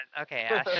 okay